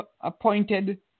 appointed